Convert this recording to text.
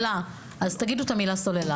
תגידו את המילה סוללה.